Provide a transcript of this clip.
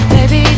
Baby